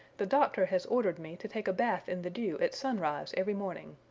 the doctor has ordered me to take a bath in the dew at sunrise every morning.